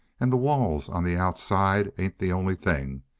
and the walls on the outside ain't the only thing.